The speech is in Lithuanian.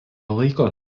laiko